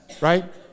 Right